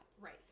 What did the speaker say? Right